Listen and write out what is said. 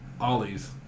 Ollie's